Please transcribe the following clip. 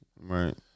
Right